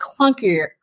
clunkier